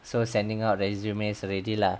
so sending out resumes already lah